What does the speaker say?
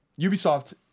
Ubisoft